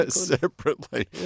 Separately